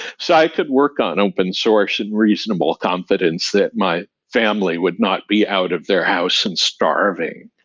so i could work on open source in reasonable confidence that my family would not be out of their house and starving.